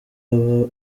aba